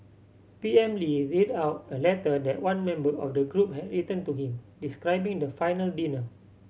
P M Lee read out a letter that one member of the group had written to him describing the final dinner